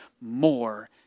more